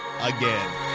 Again